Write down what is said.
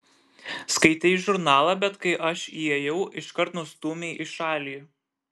skaitei žurnalą bet kai aš įėjau iškart nustūmei į šalį